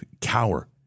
cower